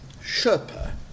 sherpa